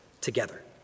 together